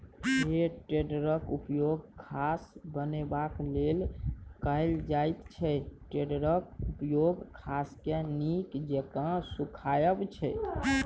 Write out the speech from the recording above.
हे टेडरक उपयोग घास बनेबाक लेल कएल जाइत छै टेडरक उपयोग घासकेँ नीक जेका सुखायब छै